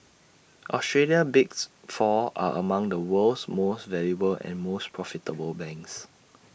Australia's bigs four are among the world's most valuable and most profitable banks